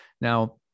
Now